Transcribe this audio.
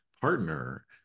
partner